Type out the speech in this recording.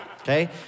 Okay